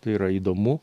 tai yra įdomu